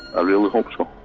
i really hope so.